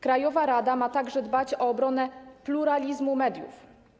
Krajowa rada ma także dbać o obronę pluralizmu mediów.